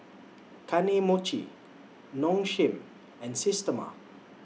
Kane Mochi Nong Shim and Systema